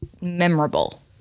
memorable